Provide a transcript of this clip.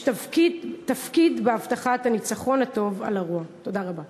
יש תפקיד בהבטחת ניצחון הטוב על הרוע." תודה רבה.